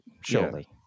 surely